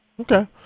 Okay